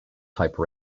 type